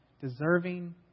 Deserving